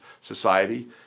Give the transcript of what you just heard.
Society